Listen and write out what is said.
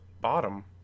bottom